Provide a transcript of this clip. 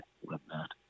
whatnot